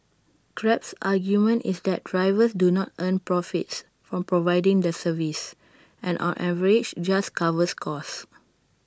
grab's argument is that drivers do not earn profits from providing the service and on average just covers costs